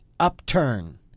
Upturn